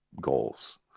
goals